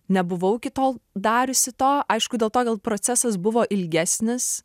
nebuvau iki tol dariusi to aišku dėl to gal procesas buvo ilgesnis